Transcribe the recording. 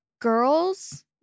girls